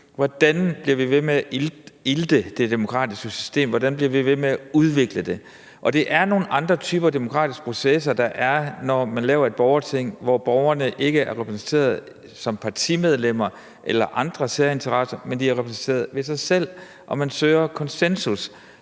vi kan blive ved med at ilte det demokratiske system. Hvordan bliver vi ved med at udvikle det? Og det er nogle andre typer demokratiske processer, der er, når man laver et borgerting, hvor borgerne ikke er repræsenteret som partimedlemmer eller har andre særinteresser, men er repræsenteret ved sig selv, og hvor man søger konsensus.